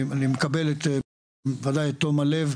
אני מקבל בוודאי את תום הלב.